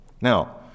Now